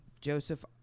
Joseph